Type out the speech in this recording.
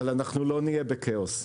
אנחנו לא נהיה בכאוס.